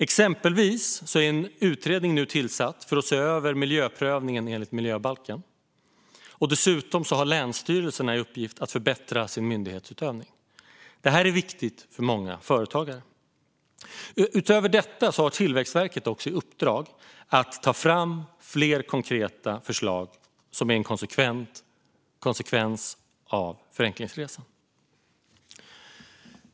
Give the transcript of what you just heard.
Exempelvis är en utredning nu tillsatt för att se över miljöprövningen enligt miljöbalken. Dessutom har länsstyrelserna i uppgift att förbättra sin myndighetsutövning. Detta är viktigt för många företagare. Utöver det har Tillväxtverket i uppdrag att ta fram fler konkreta förslag, som en konsekvens av Förenklingsresan.